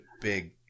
big